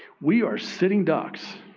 we are sitting ducks